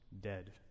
dead